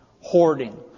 hoarding